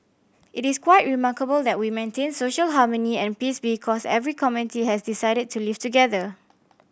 it is quite remarkable that we maintain social harmony and peace because every community has decided to live together